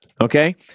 okay